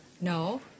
no